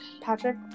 Patrick